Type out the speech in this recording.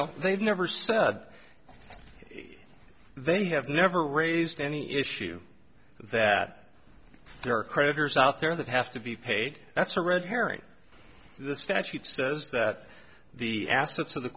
know they've never said they have never raised any issue that there are creditors out there that have to be paid that's a red herring the statute says that the assets of the